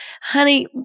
Honey